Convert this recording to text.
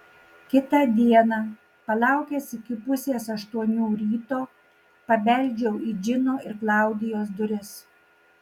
kitą dieną palaukęs iki pusės aštuonių ryto pabeldžiau į džino ir klaudijos duris